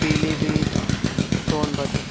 Pilibhit Sonbhadra